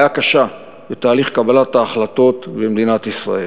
קשה בתהליך קבלת ההחלטות במדינת ישראל.